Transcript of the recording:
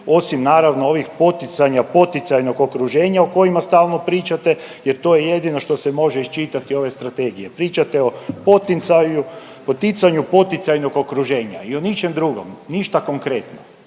osim naravno ovih poticanja poticajnog okruženja o kojima stalno pričate jer to je jedino što se može iščitati iz ove strategije. Pričate o poticanju poticajnog okruženja i o ničem drugom, ništa konkretno.